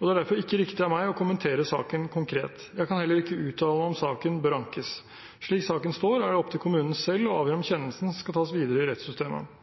og det er derfor ikke riktig av meg å kommentere saken konkret. Jeg kan heller ikke uttale meg om saken bør ankes. Slik saken står, er det opp til kommunen selv å avgjøre om kjennelsen skal tas videre i rettssystemet.